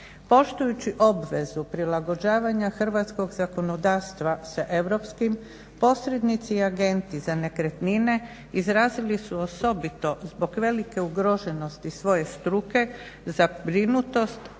Poštujući obvezu prilagođavanja hrvatskog zakonodavstva sa europskim posrednici i agenti za nekretnine izrazili su osobito zbog velike ugroženosti svoje struke zabrinutost